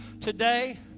today